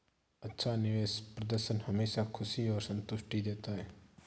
अच्छा निवेश प्रदर्शन हमेशा खुशी और संतुष्टि देता है